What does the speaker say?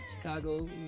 chicago